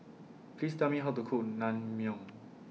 Please Tell Me How to Cook Naengmyeon